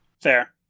Fair